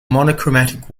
monochromatic